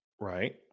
Right